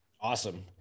Awesome